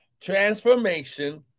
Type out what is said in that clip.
Transformation